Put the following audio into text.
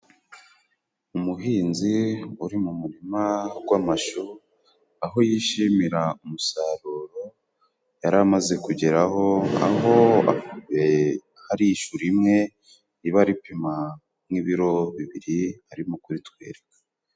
Umuhinzi uri mu murima gw'amashu aho yishimira umusaruro yari amaze kugeraho, aho afite, hari ishu rimwe riba ripima nk'ibiro bibiri arimo kuritwereka.